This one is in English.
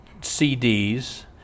CDs